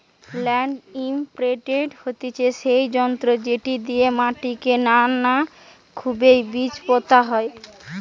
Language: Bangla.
ল্যান্ড ইমপ্রিন্টের হতিছে সেই যন্ত্র যেটি দিয়া মাটিকে না খুবই বীজ পোতা হয়